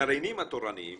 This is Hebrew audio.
הגרעיניים התורניים